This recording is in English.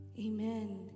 Amen